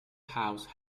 house